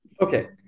Okay